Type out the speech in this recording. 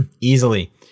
Easily